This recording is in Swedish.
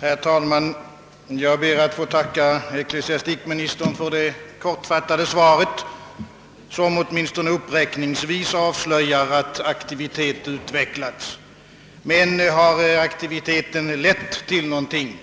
Herr talman! Jag ber att få tacka ecklesiastikministern för det kortfattade svaret, som åtminstone uppräkningsvis avslöjar att aktivitet utvecklats. Men har aktiviteten lett till någonting?